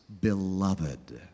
beloved